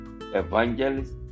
evangelist